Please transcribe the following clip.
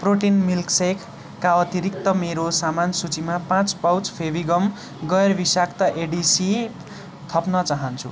protein milk सेकका अतिरिक्त मेरो सामान सूचीमा पाँच पाउच फेभिगम गैरविषाक्त एडिसिभ थप्न चाहन्छु